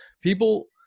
people